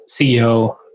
CEO